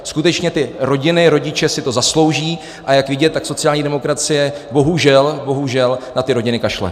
Skutečně ty rodiny, rodiče si to zaslouží, a jak je vidět, tak sociální demokracie bohužel, bohužel na ty rodiny kašle.